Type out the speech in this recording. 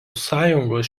sąjungos